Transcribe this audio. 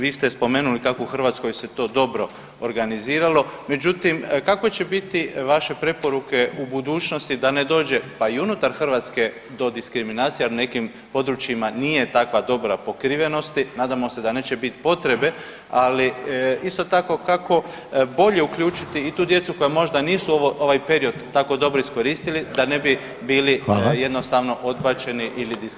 Vi ste spomenuli kako u Hrvatskoj se to dobro organiziralo, međutim kakve će biti vaše preporuke u budućnosti da ne dođe pa i unutar Hrvatske do diskriminacije jer na nekim područjima nije takva dobra pokrivenosti, nadamo se da neće biti potrebe ali isto tako kako bolje uključiti i tu djecu koja možda nisu ovo, ovaj period tako dobro iskoristili da ne bi bili jednostavno [[Upadica: Hvala.]] odbačeni ili diskriminirani.